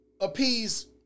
appease